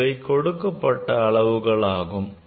இவை கொடுக்கப்பட்ட அளவுகள் ஆகும்